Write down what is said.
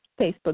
Facebook